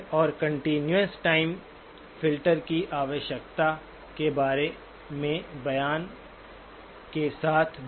और continuous time filter की आवश्यकता के बारे में बयान के साथ भी